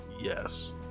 Yes